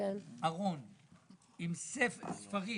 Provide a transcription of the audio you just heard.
יש ארון עם ספרים